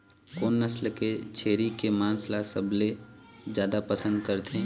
कोन नसल के छेरी के मांस ला सबले जादा पसंद करथे?